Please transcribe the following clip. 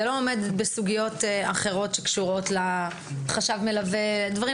זה לא עומד בסוגיות אחרות שקשורות לחשב מלווה או דברים